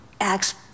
Acts